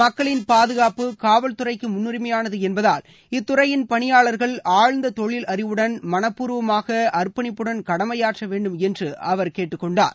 மக்களின் பாதுகாப்பு காவல்துறைக்கு முன்னுரிமையானது என்பதால் இத்துறையின் பனியாளர்கள் ஆழ்ந்த தொழில் அறிவுடன் மனப்பூர்வமாக அர்பணிப்புடன் கடமையாற்ற வேண்டும் என்று அவர் கேட்டுக்கொண்டார்